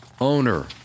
owner